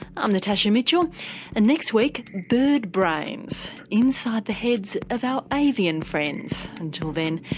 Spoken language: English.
i'm natasha mitchell and next week, bird brains inside the heads of our avian friends. until then,